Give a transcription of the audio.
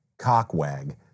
cockwag